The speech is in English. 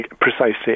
Precisely